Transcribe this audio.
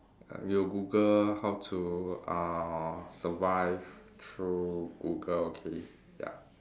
you Google how to uh survive through Google okay ya